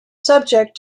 subject